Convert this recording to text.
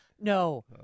No